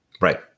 Right